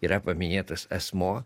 yra paminėtas asmuo